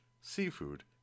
seafood